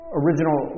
original